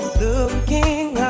looking